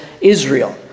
Israel